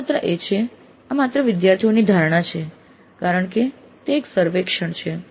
નોંધપાત્ર એ છે આ માત્ર વિદ્યાર્થીઓની ધારણાઓ છે કારણ કે તે એક સર્વેક્ષણ છે